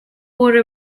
wore